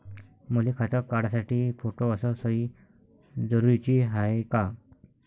मले खातं काढासाठी फोटो अस सयी जरुरीची हाय का?